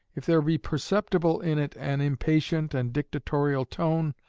if there be perceptible in it an impatient and dictatorial tone,